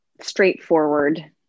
straightforward